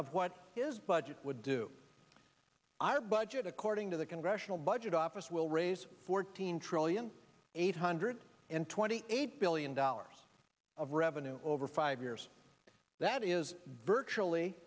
of what his budget would do our budget according to the congressional budget office will raise fourteen trillion eight hundred and twenty eight billion dollars of revenue over five years that is virtually